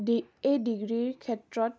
D এই ডিগ্ৰীৰ ক্ষেত্ৰত